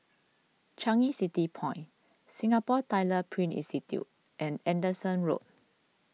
Changi City Point Singapore Tyler Print Institute and Anderson Road